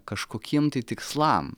kažkokiem tikslam